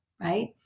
right